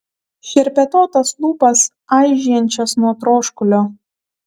šerpetotas lūpas aižėjančias nuo troškulio